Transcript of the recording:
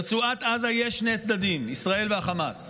ברצועת עזה יש שני צדדים, ישראל וחמאס.